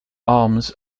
arms